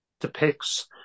depicts